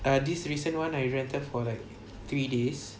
ah this recent one I rented for like three days